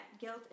guilt